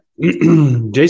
Jason